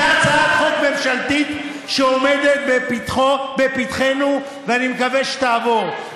זו הצעת חוק ממשלתית שעומדת בפתחנו ואני מקווה שתעבור,